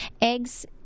eggs